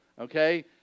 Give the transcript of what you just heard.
Okay